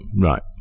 Right